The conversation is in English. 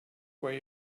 where